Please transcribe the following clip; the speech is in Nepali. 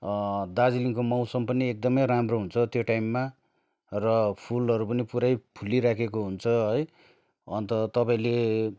दार्जिलिङको मौसम पनि एकदमै राम्रो हुन्छ त्यो टाइममा र फुलहरू पनि पुरै फुलिराखेको हुन्छ है अन्त तपाईँले